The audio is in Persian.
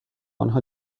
انها